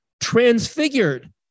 transfigured